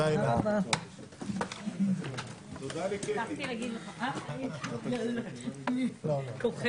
הישיבה ננעלה בשעה 12:40.